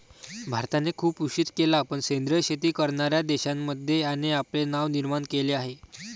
भारताने खूप उशीर केला पण सेंद्रिय शेती करणार्या देशांमध्ये याने आपले नाव निर्माण केले आहे